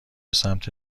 سمت